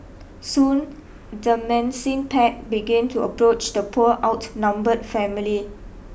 soon the mencing pack began to approach the poor outnumbered family